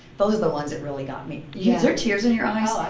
those are the ones that really got me. yeah is there tears in your eyes? oh, i